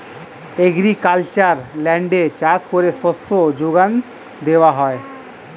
agricultural ল্যান্ডে চাষ করে শস্য যোগান দেওয়া হয়